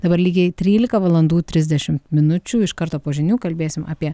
dabar lygiai trylika valandų trisdešim minučių iš karto po žinių kalbėsim apie